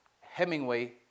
Hemingway